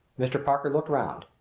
mr. parker looked round.